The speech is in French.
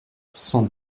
cent